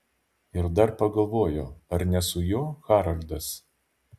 ir dar pagalvojo ar ne su juo haroldas